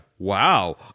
Wow